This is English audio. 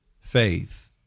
faith